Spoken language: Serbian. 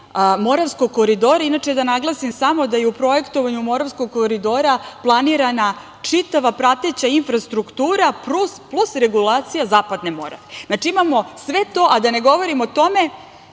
Moravskog koridora. Inače, da naglasim da je samo u projektovanju Moravskog koridora planirana čitava prateća infrastruktura plus regulacija Zapadne Morave. Znači, imamo sve to, a da ne govorim o tome